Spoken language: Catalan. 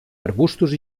arbustos